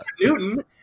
Newton